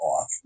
off